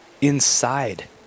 inside